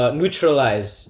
neutralize